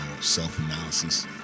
self-analysis